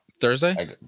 Thursday